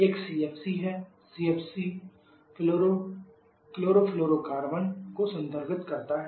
एक CFC है CFC chlorofluorocarbon को संदर्भित करता है